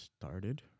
started